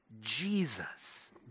Jesus